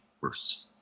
worse